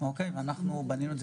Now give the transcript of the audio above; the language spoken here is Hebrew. אני מנסה להבין על מה מדובר.